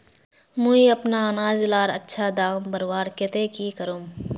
मुई अपना अनाज लार अच्छा दाम बढ़वार केते की करूम?